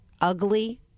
ugly